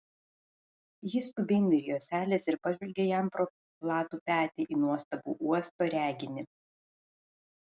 ji skubiai nurijo seiles ir pažvelgė jam pro platų petį į nuostabų uosto reginį